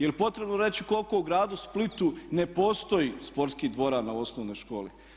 Je li potrebno reći koliko u gradu Splitu ne postoji sportskih dvorana u osnovnoj školi?